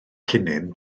llinyn